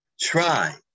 Try